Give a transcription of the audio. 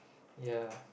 ya